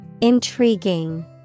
Intriguing